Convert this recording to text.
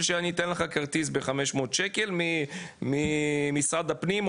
שאני אתן לך כרטיס ב-500 שקל ממשרד הפנים,